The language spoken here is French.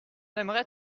aimerait